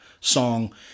song